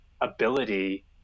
ability